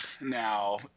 now